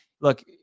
look